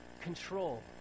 control